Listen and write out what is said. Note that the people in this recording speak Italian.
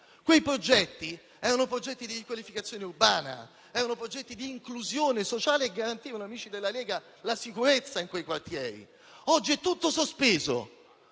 Quelli erano progetti di riqualificazione urbana, di inclusione sociale e garantivano, colleghi della Lega, la sicurezza in quei quartieri. Oggi è tutto sospeso